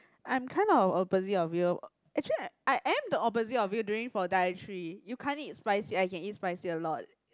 I'm kind of opposite of you actually I am the opposite of you during for dietary you can't eat spicy I can eat spicy a lot